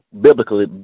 biblically